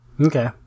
Okay